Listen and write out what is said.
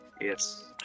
yes